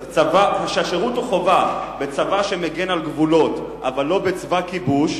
השירות הוא חובה בצבא שמגן על גבולות אבל לא בצבא כיבוש,